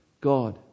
God